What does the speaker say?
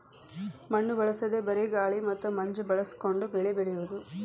ಮಣ್ಣು ಬಳಸದೇ ಬರೇ ಗಾಳಿ ಮತ್ತ ಮಂಜ ಬಳಸಕೊಂಡ ಬೆಳಿ ಬೆಳಿಯುದು